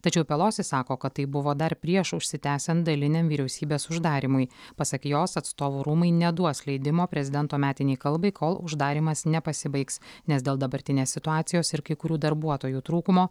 tačiau pelosi sako kad tai buvo dar prieš užsitęsian daliniam vyriausybės uždarymui pasak jos atstovų rūmai neduos leidimo prezidento metinei kalbai kol uždarymas nepasibaigs nes dėl dabartinės situacijos ir kai kurių darbuotojų trūkumo